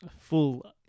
full